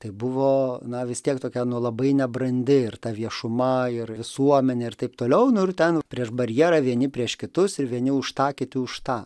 tai buvo na vis tiek tokia nuo labai nebrandi ir ta viešuma ir visuomenė ir taip toliau nu ir ten prieš barjerą vieni prieš kitus ir vieni už tą kiti už tą